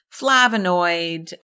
flavonoid